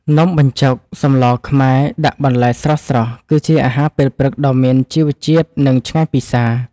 នំបញ្ចុកសម្លខ្មែរដាក់បន្លែស្រស់ៗ គឺជាអាហារពេលព្រឹកដ៏មានជីវជាតិ និងឆ្ងាញ់ពិសា។